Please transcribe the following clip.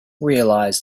realise